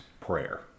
prayer